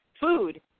food